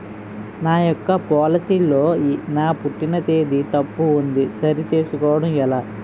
నా యెక్క పోలసీ లో నా పుట్టిన తేదీ తప్పు ఉంది సరి చేసుకోవడం ఎలా?